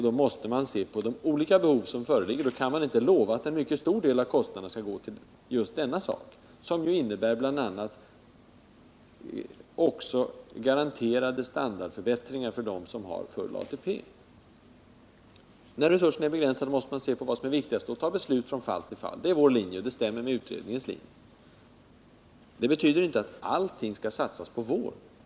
Då måste man se på de olika behov som föreligger, och man bör då inte lova att en mycket stor del av pengarna skall gå till just detta ändamål — som bl.a. innebär garanterade standardförbättringar för dem som har full ATP. När resurserna är begränsade måste man se på vad som är viktigast och fatta beslut från fall till fall. Det är vår linje, och den stämmer med utredningens. Det betyder inte att allting skall satsas på vård.